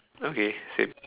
okay same